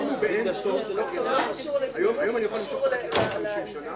אני רוצה להסביר לך שלהערכתי,